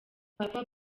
papa